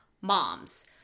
moms